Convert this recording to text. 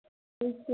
ठीक छै